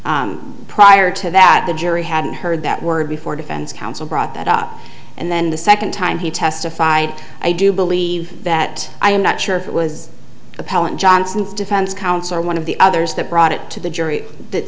expert prior to that the jury hadn't heard that word before defense counsel brought that up and then the second time he testified i do believe that i am not sure if it was appellant johnson's defense counsel or one of the others that brought it to the jury that